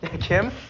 Kim